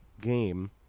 game